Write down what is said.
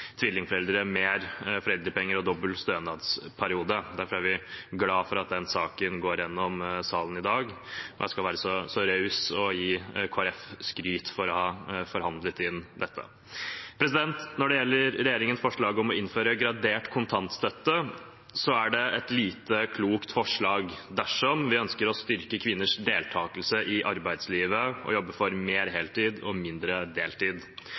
tvillingforeldre mer foreldrepenger og dobbel stønadsperiode. Derfor er vi glade for at det forslaget går igjennom i salen i dag. Jeg skal være så raus at jeg gir Kristelig Folkeparti skryt for å ha forhandlet inn dette. Når det gjelder regjeringens forslag om å innføre gradert kontantstøtte, er det et lite klokt forslag dersom vi ønsker å styrke kvinners deltakelse i arbeidslivet og jobbe for mer heltid og mindre deltid.